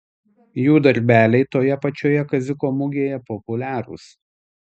jų darbeliai toje pačioje kaziuko mugėje populiarūs